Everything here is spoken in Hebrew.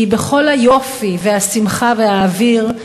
כי בכל היופי והשמחה והאוויר,